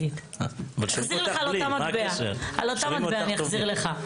חבר הכנסת